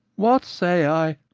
what say i?